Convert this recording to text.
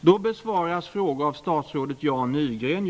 Herr talman!